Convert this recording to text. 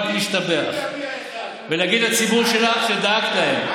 רק להשתבח ולהגיד לציבור שלך שדאגת להם,